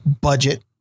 budget